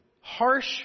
harsh